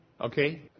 Okay